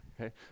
Okay